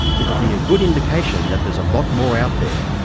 it'll be a good indication that there's a lot more out there.